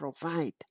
provide